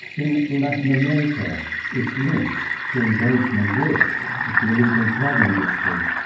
in latin america it's linked to engagement with the illegal drug industry,